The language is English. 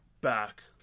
back